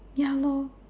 ya lor